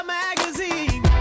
magazine